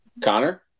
Connor